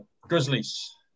Grizzlies